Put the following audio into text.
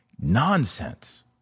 nonsense